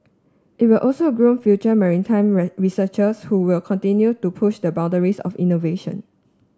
it will also groom future maritime researchers who will continue to push the boundaries of innovation